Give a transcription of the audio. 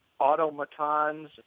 automatons